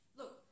look